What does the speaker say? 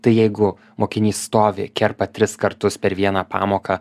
tai jeigu mokinys stovi kerpa tris kartus per vieną pamoką